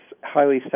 highly